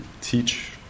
teach